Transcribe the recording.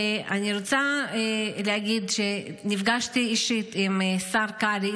אני רוצה להגיד שנפגשתי אישית עם השר קרעי,